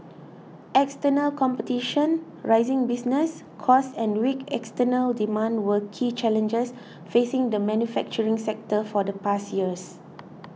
external competition rising business costs and weak external demand were key challenges facing the manufacturing sector for the past years